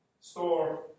store